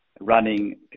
running